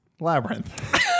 Labyrinth